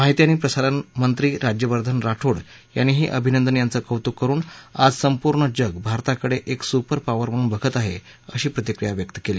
माहिती आणि प्रसारण मंत्री राज्यवर्धन राठोड यांनीही अभिनंदन यांचं कौतुक करुन आज संपूर्ण जग भारताकडे एक सुपर पावर म्हणून बघत आहे अशी प्रतिक्रिया दिली